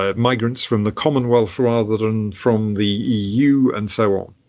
ah migrants from the commonwealth rather than from the eu, and so on.